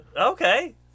Okay